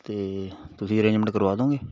ਅਤੇ ਤੁਸੀਂ ਅਰੇਂਜਮੈਂਟ ਕਰਵਾ ਦੋਂਗੇ